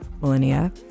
millennia